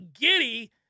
giddy